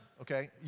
okay